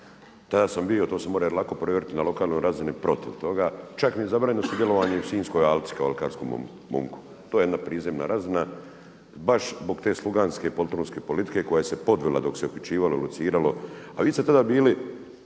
tada sam bio, to se može lako provjeriti na lokalnoj razini protiv toga, čak mi je zabranjeno sudjelovanje i u Sinjskoj alci kao alkarskom momku. To je jedna prizemna razina baš zbog te sluganske … politike koja se podvila dok se uključivalo i … a vi ste tada bili